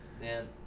Man